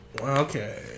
Okay